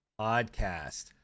podcast